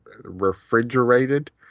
Refrigerated